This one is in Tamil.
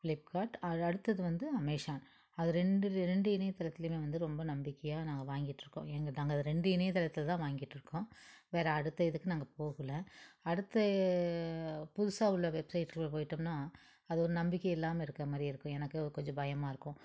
ஃபிளிப்கார்ட் அ அடுத்தது வந்து அமேஸான் அது ரெண்டு ரெண்டு இணையத்தளத்திலையுமே வந்து ரொம்ப நம்பிக்கையாக நாங்கள் வாங்கிகிட்ருக்கோம் எங்கள் நாங்கள் அது ரெண்டு இணையத்தளத்தில் தான் வாங்கிகிட்ருக்கோம் வேற அடுத்த இதுக்கு நாங்கள் போகல அடுத்த புதுசாக உள்ள வெப்சைட்க்குள்ள போயிட்டோம்னால் அது ஒரு நம்பிக்கை இல்லாமல் இருக்கிறமாரியே இருக்கும் எனக்கு கொஞ்சம் பயமாக இருக்கும்